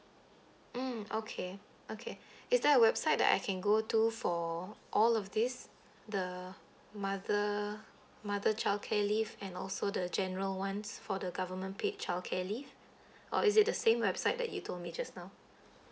mm okay okay is there a website that I can go to for all of these the mother mother childcare leave and also the general ones for the government paid childcare leave or is it the same website that you told me just now